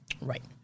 Right